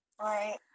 right